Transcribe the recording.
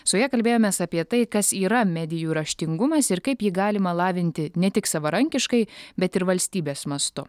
su ja kalbėjomės apie tai kas yra medijų raštingumas ir kaip jį galima lavinti ne tik savarankiškai bet ir valstybės mastu